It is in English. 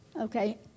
Okay